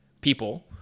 people